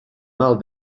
mal